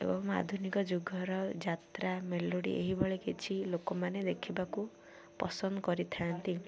ଏବଂ ଆଧୁନିକ ଯୁଗର ଯାତ୍ରା ମେଲୋଡ଼ି ଏହିଭଳି କିଛି ଲୋକମାନେ ଦେଖିବାକୁ ପସନ୍ଦ କରିଥାନ୍ତି